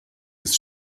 ist